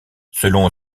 selon